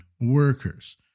workers